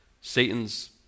Satan's